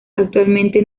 actualmente